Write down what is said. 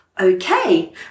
okay